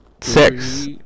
Six